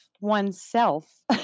oneself